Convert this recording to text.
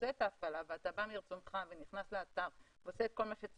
עושה את ההפעלה ואתה בא מרצונך ונכנס לאתר ועושה את כל מה שצריך,